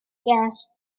gas